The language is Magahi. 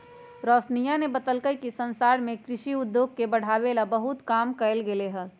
रोशनीया ने बतल कई कि संसार में कृषि उद्योग के बढ़ावे ला बहुत काम कइल गयले है